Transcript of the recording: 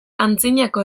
antzinako